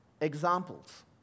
Examples